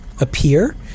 appear